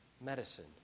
medicine